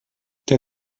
der